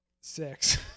six